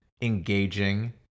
engaging